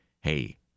Hey